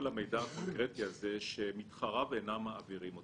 המידע הקונקרטי הזה כשמתחריו אינם מעבירים אותו.